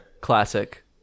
Classic